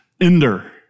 ender